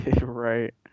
Right